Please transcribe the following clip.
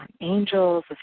angels